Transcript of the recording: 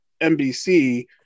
NBC